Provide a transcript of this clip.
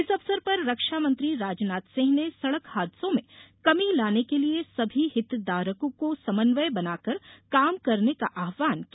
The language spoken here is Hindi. इस अवसर पर रक्षा मंत्री राजनाथ सिंह ने सड़क हादसों में कमी लाने के लिए सभी हितधारकों को समन्वय बनाकर काम करने का आहवान किया